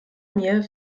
mir